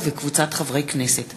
הצעת חוק הנצחת נפגעי פעולות איבה,